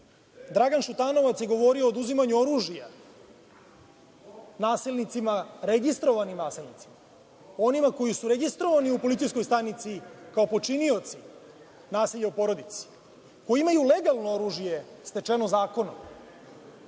život. Dragan Šutanovac je govorio o oduzimanju oružja nasilnicima, registrovanim nasilnicima, onima koji su registrovani u policijskoj stanici kao počinioci nasilja u porodici, koji imaju legalno oružje stečeno zakonom.